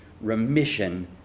remission